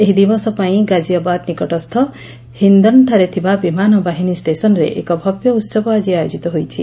ଏହି ଦିବସ ପାଇଁ ଗାଜିଆବାଦ୍ ନିକଟସ୍ସ ହିନ୍ଦନ୍ଠାରେ ଥିବା ବିମାନ ବାହିନୀ ଷେସନ୍ରେ ଏକ ଭବ୍ୟ ଉହବ ଆଜି ଆୟୋଜିତ ହୋଇଛି